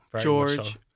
George